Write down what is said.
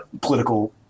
political